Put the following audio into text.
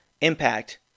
Impact